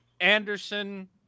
Anderson